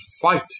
fight